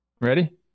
Ready